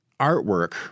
artwork